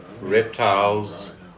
Reptiles